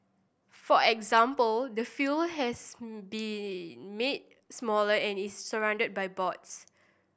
for example the field has been made smaller and is surrounded by boards